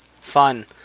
fun